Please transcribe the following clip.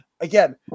Again